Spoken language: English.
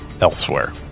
elsewhere